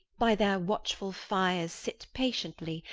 by their watchfull fires sit patiently,